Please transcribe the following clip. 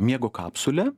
miego kapsulę